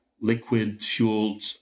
liquid-fueled